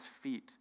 feet